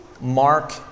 Mark